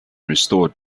restored